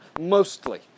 mostly